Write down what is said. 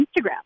Instagram